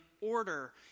order